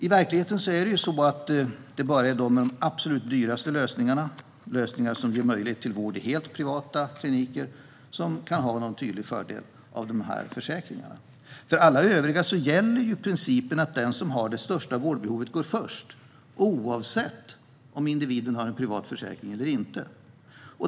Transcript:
I verkligheten är det bara de med de absolut dyraste lösningarna, som ger möjlighet till vård på helt privata kliniker, som kan ha någon tydlig fördel av försäkringarna. För alla övriga gäller principen att den som har det största vårdbehovet går först, oavsett om individen har en privat försäkring eller inte.